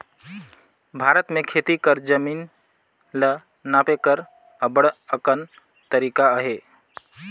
भारत में खेती कर जमीन ल नापे कर अब्बड़ अकन तरीका अहे